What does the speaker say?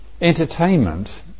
entertainment